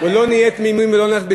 לא נהיה תמימים ולא נלך בתמימות.